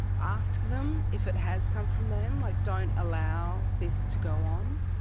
ask them if it has come from them, like don't allow this to go on.